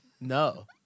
No